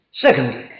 Secondly